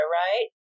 right